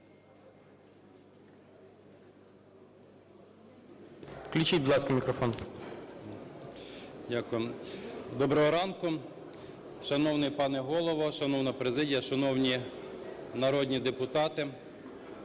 Доброго ранку, шановний пане Голово, шановна президія, шановні народні депутати!